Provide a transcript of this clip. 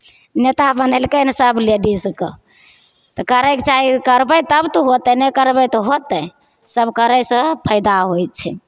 नेता बनेलकै ने सभ लेडिजकेँ तऽ करयके चाही करबै तब तऽ होतै नहि करबै तऽ होतै सभ करयसँ फैदा होइ छै